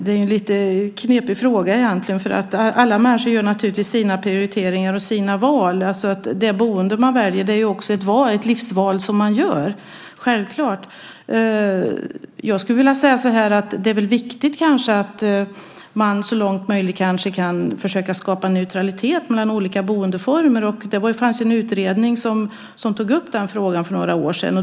Herr talman! Det är egentligen en lite knepig fråga. Alla människor gör naturligtvis sina prioriteringar och sina val. Det boende som man väljer är självklart ett livsval man gör. Jag skulle vilja säga så här: Det är väl viktigt att så långt som möjligt kanske försöka skapa en neutralitet mellan olika boendeformer. För några år sedan tog en utredning upp den frågan.